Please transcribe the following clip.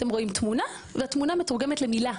אתם רואים תמונה, והתמונה מתורגמת למילה.